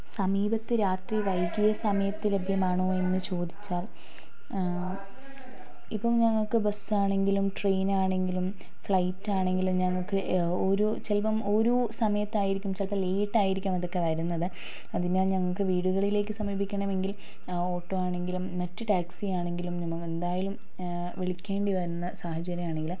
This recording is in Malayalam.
സമീപത്ത് രാത്രി വൈകിയ സമയത്ത് ലഭ്യമാണോന്ന് ചോദിച്ചാൽ ഇപ്പോൾ ഞങ്ങൾക്ക് ബസ് ആണെങ്കിലും ട്രെയിൻ ആണെങ്കിലും ഫ്ലൈറ്റ് ആണെങ്കിലും ഞങ്ങൾക്ക് ഒരു ചിലപ്പം ഓരോ സമയത്തായിരിക്കും ചിലപ്പം ലേറ്റ് ആയിരിക്കാം അതൊക്കെ വരുന്നത് അതിനാൽ ഞങ്ങൾക്ക് വീടുകളിലേക്ക് സമീപിക്കണമെങ്കിൽ ഓട്ടോ ആണെങ്കിലും മറ്റു ടാക്സി ആണെങ്കിലും എന്തായാലും വിളിക്കേണ്ടി വരുന്ന സാഹചര്യം ആണെങ്കിൽ